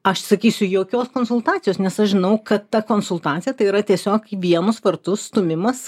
aš sakysiu jokios konsultacijos nes aš žinau kad ta konsultacija tai yra tiesiog į vienus vartus stūmimas